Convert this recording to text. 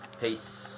Peace